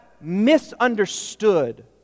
misunderstood